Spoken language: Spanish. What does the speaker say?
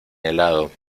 helado